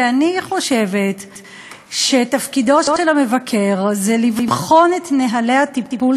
ואני חושבת שתפקידו של המבקר לבחון את נוהלי הטיפול